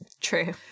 true